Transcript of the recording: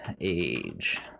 age